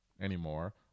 anymore